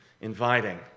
Inviting